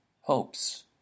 hopes